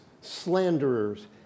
slanderers